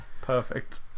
Perfect